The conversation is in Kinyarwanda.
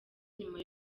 nyuma